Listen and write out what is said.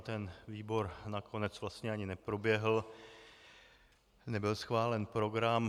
Ten výbor nakonec vlastně ani neproběhl, nebyl schválen program.